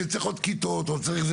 צריך עוד כיתות ועוד כל מיני דברים,